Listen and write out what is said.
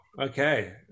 Okay